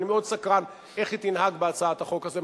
ואני מאוד סקרן איך היא תנהג בהצעת החוק הזאת,